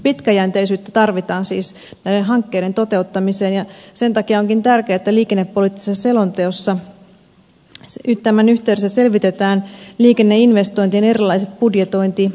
pitkäjänteisyyttä tarvitaan siis näiden hankkeiden toteuttamiseen ja sen takia onkin tärkeää että liikennepoliittisen selonteon yhteydessä selvitetään liikenneinvestointien erilaiset budjetointi ja rahoitusmallit